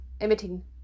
emitting